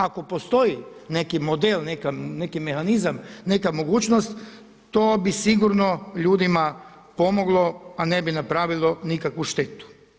Ako postoji neki model, neki mehanizam, neka mogućnost to bi sigurno ljudima pomoglo a ne bi napravilo nikakvu štetu.